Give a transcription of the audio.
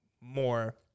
more